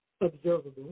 observable